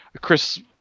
Chris